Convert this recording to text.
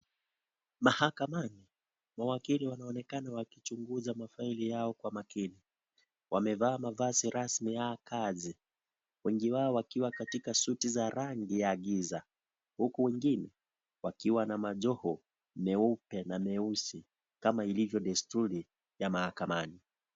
Mahakamani, mawakili wanaonekana wakichunguza mafaili kwa makini. Wamevaa mavazi rasmi ya kazi wengi wao wakiwa katika suti za rangi ya giza huku wengine wakiwa na majoho meupe na meusi kama ilivyo desturi ya mahakamani.